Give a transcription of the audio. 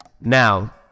Now